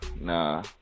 nah